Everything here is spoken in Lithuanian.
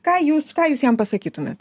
ką jūs ką jūs jam pasakytumėt